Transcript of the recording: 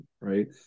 Right